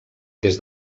des